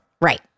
right